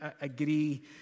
agree